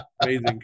Amazing